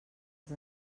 els